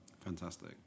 Fantastic